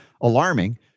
alarming